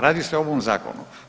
Radi se o ovom zakonu.